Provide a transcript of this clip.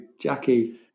Jackie